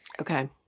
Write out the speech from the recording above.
Okay